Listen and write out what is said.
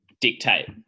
Dictate